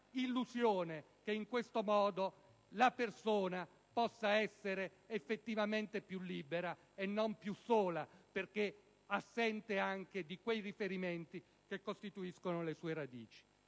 nell'illusione che, in questo modo, la persona possa essere effettivamente più libera, e non più sola perché priva anche di quei riferimenti che costituiscono le sue radici.